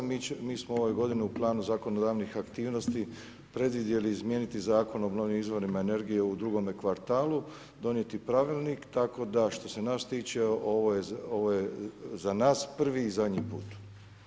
Mi smo ove godine u planu zakonodavnih aktivnosti predvidjeli izmijeniti Zakon o obnovljivim izvorima energije u drugome kvartalu, donijeti pravilnik tako da što se nas tiče ovo je za nas prvi i zadnji put.